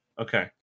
Okay